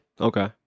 Okay